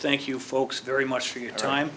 thank you folks very much for your time